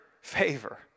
favor